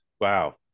wow